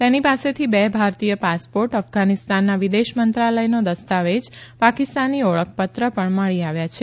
તેની પાસેથી બે ભારતીય પાસપોર્ટ અફઘાનિસ્તાનના વિદેશમંત્રાલયનો દસ્તાવેજ પાકિસ્તાની ઓળખપત્ર પણ મળી આવ્યા છે